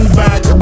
back